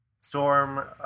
Storm